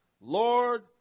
Lord